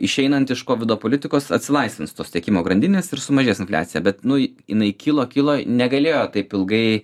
išeinant iš kovido politikos atsilaisvins tos tiekimo grandinės ir sumažės infliacija bet nu jinai kilo kilo negalėjo taip ilgai